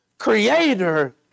creator